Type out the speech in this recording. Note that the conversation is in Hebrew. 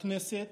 בכנסת